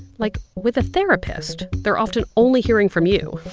like, with a therapist, they're often only hearing from you.